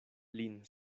lin